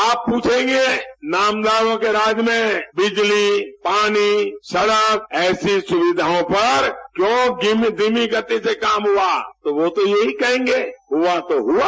आप पूछेंगे नामदारों के राज्य में बिजली पानी सड़क जैसी सूविधाओं पर क्यों धीमी धीमी गति से काम हुआ तो वह तो यहीं कहेंगे कि हुआ तो हुआ